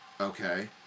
okay